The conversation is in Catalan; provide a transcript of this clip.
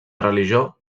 religió